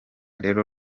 rero